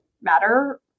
matter